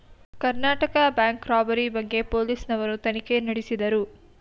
Karnataka bank robbery ಬಗ್ಗೆ police ನವರು ತನಿಖೆ ನಡೆಸಿದರು